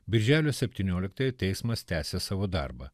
birželio septynioliktąją teismas tęsia savo darbą